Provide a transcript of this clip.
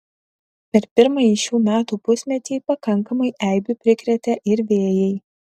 per pirmąjį šių metų pusmetį pakankamai eibių prikrėtė ir vėjai